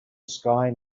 sky